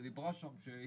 ודיברה שם גלית גול,